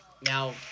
now